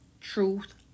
truth